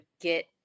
get